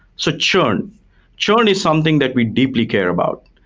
so churn. churn is something that we deeply care about,